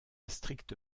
stricte